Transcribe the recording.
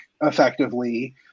effectively